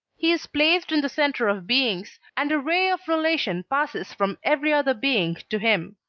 he is placed in the centre of beings, and a ray of relation passes from every other being to him.